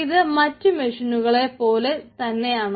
ഇത് മറ്റു മെഷീനുകളെ പോലെ തന്നെയാണ്